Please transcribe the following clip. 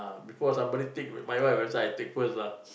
before somebody take my wife I take first lah